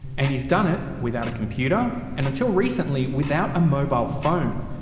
and he's done it without a computer and, until recently, without a mobile phone.